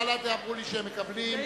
בל"ד אמרו לי שהם מקבלים.